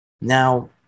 Now